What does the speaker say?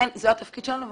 זה התפקיד שלנו,